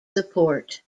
support